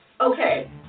Okay